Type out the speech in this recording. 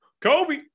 Kobe